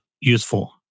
useful